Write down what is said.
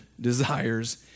desires